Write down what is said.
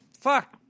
fuck